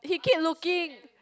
he keep looking